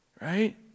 Right